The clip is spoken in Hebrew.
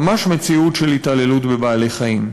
ממש מציאות של התעללות בבעלי-חיים.